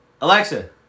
Alexa